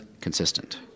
consistent